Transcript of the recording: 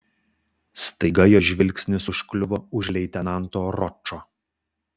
staiga jos žvilgsnis užkliuvo už leitenanto ročo